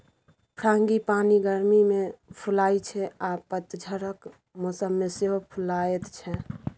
frangipani गर्मी मे फुलाइ छै आ पतझरक मौसम मे सेहो फुलाएत छै